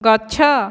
ଗଛ